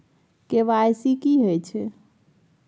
KYC की हय छै?